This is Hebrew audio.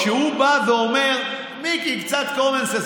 כשהוא בא ואומר: מיקי קצת common sense,